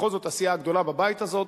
בכל זאת הסיעה הגדולה בבית הזה,